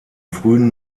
frühen